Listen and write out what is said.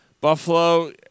Buffalo